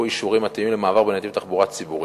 אישורים מתאימים למעבר בנתיב תחבורה ציבורי.